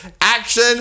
action